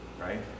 right